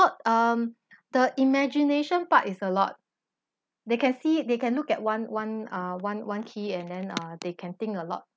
what um the imagination part is a lot they can see it they can look at one one uh one one key and then uh they can think a lot